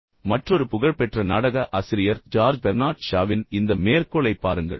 இப்போது மற்றொரு புகழ்பெற்ற நாடக ஆசிரியர் ஜார்ஜ் பெர்னார்ட் ஷாவின் இந்த மேற்கோளைப் பாருங்கள்